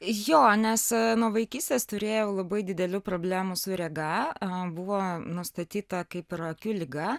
jo nes nuo vaikystės turėjau labai didelių problemų su rega buvo nustatyta kaip akių liga